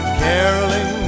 caroling